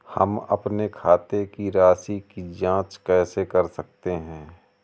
हम अपने खाते की राशि की जाँच कैसे कर सकते हैं?